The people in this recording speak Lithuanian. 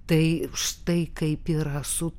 tai štai kaip yra su